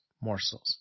Morsels